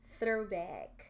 throwback